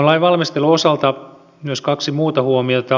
lainvalmistelun osalta myös kaksi muuta huomiota